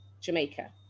Jamaica